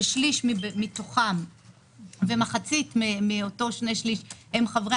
ושליש ומחצית מאותם שני-שלישים הם מחברי